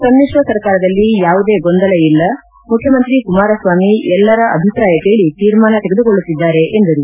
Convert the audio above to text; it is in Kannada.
ಸಮಿತ್ರ ಸರ್ಕಾರದಲ್ಲಿ ಯಾವುದೇ ಗೊಂದಲ ಇಲ್ಲ ಮುಖ್ಚಮಂತ್ರಿ ಕುಮಾರಸ್ವಾಮಿ ಎಲ್ಲರ ಅಭಿಪ್ರಾಯ ಕೇಳಿ ತೀರ್ಮಾನ ತೆಗೆದುಕೊಳ್ಳುತ್ತಿದ್ದಾರೆ ಎಂದರು